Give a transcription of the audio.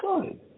good